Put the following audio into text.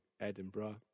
Edinburgh